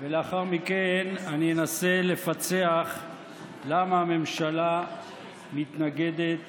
לאחר מכן אני אנסה לפצח למה הממשלה מתנגדת